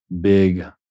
big